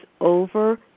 over